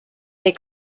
they